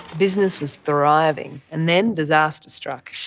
business was thriving, and then disaster struck.